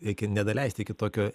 reikia nedaleisti iki tokio